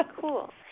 Cool